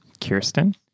Kirsten